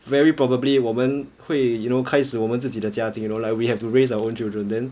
very probably 我们会 you know 开始我们自己的家庭 you know like we have to raise their own children then